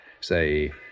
Say